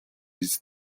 биз